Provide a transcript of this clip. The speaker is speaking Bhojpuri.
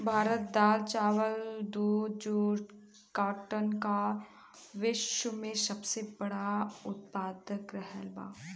भारत दाल चावल दूध जूट और काटन का विश्व में सबसे बड़ा उतपादक रहल बा